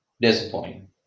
Disappointing